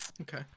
Okay